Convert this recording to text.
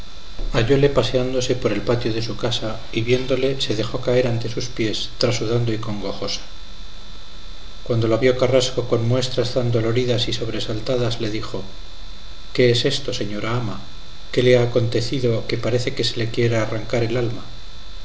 hallóle paseándose por el patio de su casa y viéndole se dejó caer ante sus pies trasudando y congojosa cuando la vio carrasco con muestras tan doloridas y sobresaltadas le dijo qué es esto señora ama qué le ha acontecido que parece que se le quiere arrancar el alma